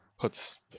Puts